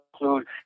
include